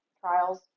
trials